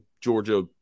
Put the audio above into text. Georgia